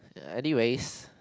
ya anyways